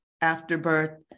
afterbirth